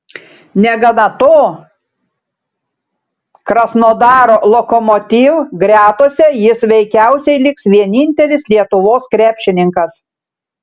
negana to krasnodaro lokomotiv gretose jis veikiausiai liks vienintelis lietuvos krepšininkas